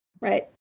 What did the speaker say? right